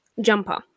jumper